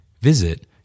Visit